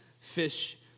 fish